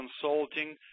consulting